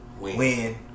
Win